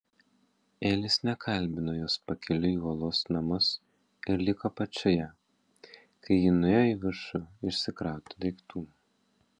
elis nekalbino jos pakeliui į uolos namus ir liko apačioje kai ji nuėjo į viršų išsikrauti daiktų